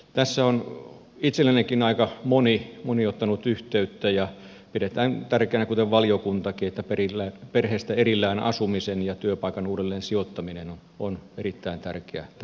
tässä on itseenikin aika moni ottanut yhteyttä ja pidetään tärkeänä kuten valiokuntakin pitää arvioida perheestä erillään asumisen ja työpaikan uudelleen sijoittamisen seurauksia